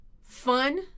fun